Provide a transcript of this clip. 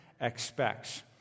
expects